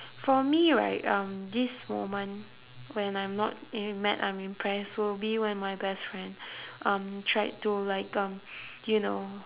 for me right um this moment when I'm not mad I'm impressed will be with my best friend um tried to like um you know